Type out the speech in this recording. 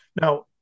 Now